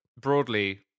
broadly